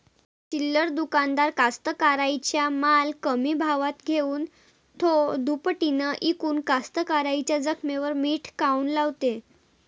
चिल्लर दुकानदार कास्तकाराइच्या माल कमी भावात घेऊन थो दुपटीनं इकून कास्तकाराइच्या जखमेवर मीठ काऊन लावते?